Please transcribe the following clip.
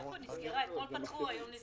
אני רוצה להסביר את המצב בנוגע לנסיעות